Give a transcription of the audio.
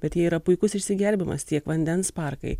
bet jie yra puikus išsigelbėjimas tiek vandens parkai